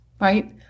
right